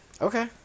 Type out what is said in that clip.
Okay